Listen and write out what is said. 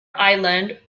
island